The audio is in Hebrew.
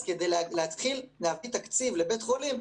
אז כדי להכין תקציב לבית חולים,